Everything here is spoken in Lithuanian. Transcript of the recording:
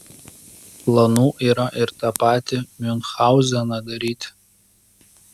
planų yra ir tą patį miunchauzeną daryti